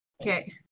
Okay